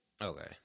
Okay